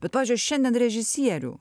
bet pavyzdžiui šiandien režisierių